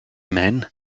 men